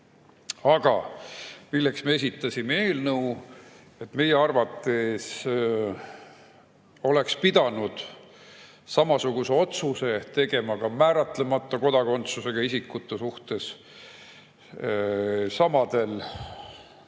Milleks me eelnõu esitasime? Meie arvates oleks pidanud samasuguse otsuse tegema ka määratlemata kodakondsusega isikute suhtes samadel